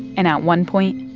and at one point,